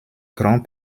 grand